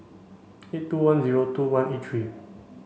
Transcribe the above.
eight two one zero two one eight three